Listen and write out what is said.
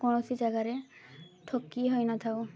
କୌଣସି ଜାଗାରେ ଠକି ହୋଇନଥାଉ